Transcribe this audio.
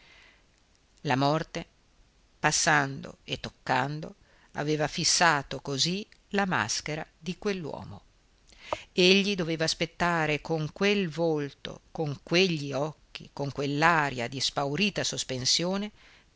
la morte passando e toccando aveva fissato così la maschera di quell'uomo egli doveva aspettare con quel volto con quegli occhi con quell'aria di spaurita sospensione